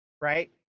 Right